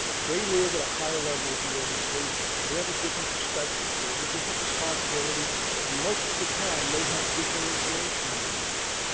they live at a higher level of the organization. they have a different perspective. they have a different responsibility and most of the time they have different information than you have.